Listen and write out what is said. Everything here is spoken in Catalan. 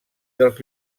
dels